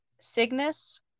Cygnus